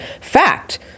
Fact